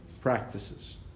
practices